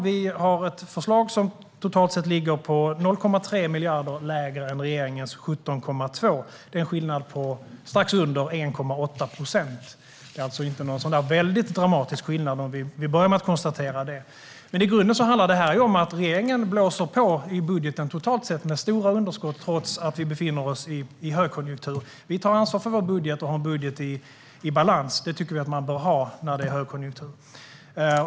Vi har ett förslag som totalt sett ligger 0,3 miljarder lägre än regeringens 17,2 miljarder. Det är en skillnad på strax under 1,8 procent, vilket inte är så väldigt dramatiskt. Vi kan börja med att konstatera detta. I grunden handlar det om att regeringen blåser på i budgeten totalt sett med stora underskott trots att vi befinner oss i högkonjunktur. Vi tar ansvar för vår budget och har en budget i balans. Det tycker vi att man bör ha när det är högkonjunktur.